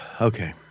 okay